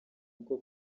uko